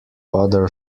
other